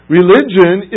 Religion